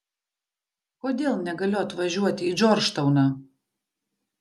kodėl negaliu atvažiuoti į džordžtauną